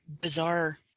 bizarre